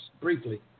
briefly